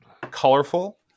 colorful